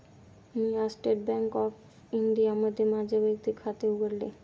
मी आज state bank of इंडियामध्ये माझे वैयक्तिक खाते उघडले